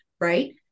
right